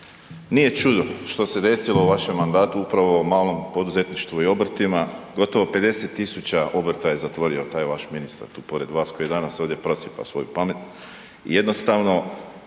nije čudo što se desilo u vašem mandatu upravo u malom poduzetništvu i obrtima, gotovo 50 tisuća obrta je zatvorio taj vaš ministar tu pored vas koji danas ovdje prosipa svoju pamet.